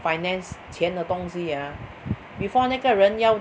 finance 钱的东西 ah before 那个人要